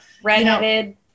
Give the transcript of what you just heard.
Redheaded